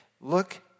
Look